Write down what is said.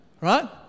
Right